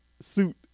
suit